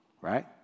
Right